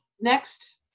next